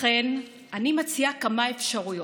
לכן, אני מציעה כמה אפשרויות: